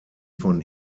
von